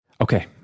Okay